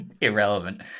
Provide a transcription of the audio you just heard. irrelevant